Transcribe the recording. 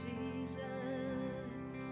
Jesus